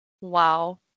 Wow